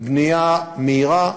בנייה מהירה,